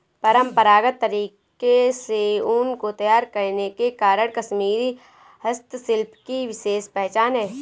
परम्परागत तरीके से ऊन को तैयार करने के कारण कश्मीरी हस्तशिल्प की विशेष पहचान है